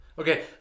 Okay